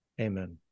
Amen